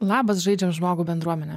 labas žaidžiam žmogų bendruomene